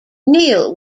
neill